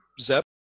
ZEP